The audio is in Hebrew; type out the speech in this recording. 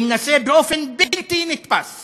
ומנסה באופן בלתי נתפס